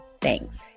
Thanks